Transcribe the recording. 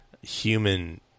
human